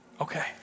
Okay